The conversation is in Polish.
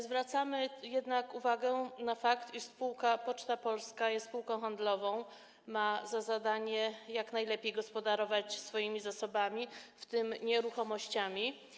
Zwracamy jednak uwagę na fakt, iż spółka Poczta Polska jest spółką handlową i ma za zadanie jak najlepiej gospodarować swoimi zasobami, w tym nieruchomościami.